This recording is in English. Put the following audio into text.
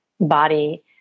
body